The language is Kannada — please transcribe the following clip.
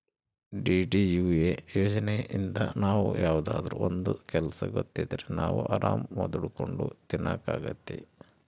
ಡಿ.ಡಿ.ಯು.ಎ ಯೋಜನೆಇಂದ ನಾವ್ ಯಾವ್ದಾದ್ರೂ ಒಂದ್ ಕೆಲ್ಸ ಗೊತ್ತಿದ್ರೆ ನಾವ್ ಆರಾಮ್ ದುಡ್ಕೊಂಡು ತಿನಕ್ ಅಗ್ತೈತಿ